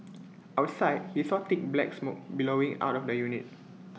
outside he saw thick black smoke billowing out of the unit